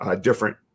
different